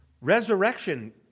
Resurrection